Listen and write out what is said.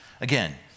Again